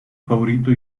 favorito